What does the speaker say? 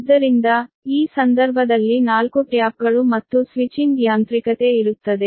ಆದ್ದರಿಂದ ಈ ಸಂದರ್ಭದಲ್ಲಿ ನಾಲ್ಕು ಟ್ಯಾಪ್ಗಳು ಮತ್ತು ಸ್ವಿಚಿಂಗ್ ಯಾಂತ್ರಿಕತೆ ಇರುತ್ತದೆ